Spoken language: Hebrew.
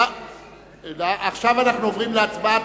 עכשיו אנו עוברים להצבעה.